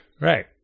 Right